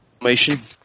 formation